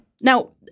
Now